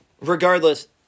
regardless